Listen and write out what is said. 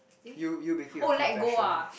you you making a confession